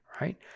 right